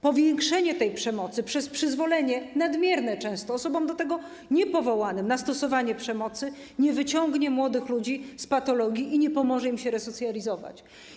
Powiększenie tej przemocy przez przyzwolenie, często nadmierne, osobom do tego niepowołanym na stosowanie przemocy nie wyciągnie młodych ludzi z patologii i nie pomoże im się resocjalizować.